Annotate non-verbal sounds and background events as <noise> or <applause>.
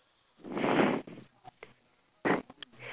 <laughs>